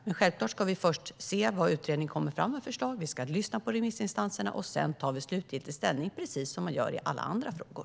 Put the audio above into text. Men självklart ska vi först se vad utredningen kommer fram med för förslag, därefter lyssna på remissinstanserna och sedan ta slutgiltig ställning, precis som man gör i alla andra frågor.